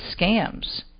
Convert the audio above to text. scams